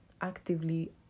actively